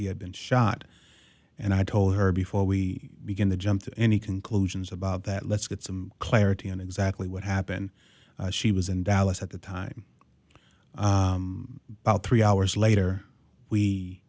he had been shot and i told her before we begin the jump to any conclusions about that let's get some clarity on exactly what happened she was in dallas at the time about three hours later we